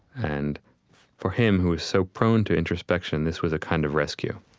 and for him who was so prone to introspection, this was a kind of rescue